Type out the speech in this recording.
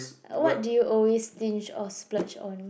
what do you always stinge or splurge on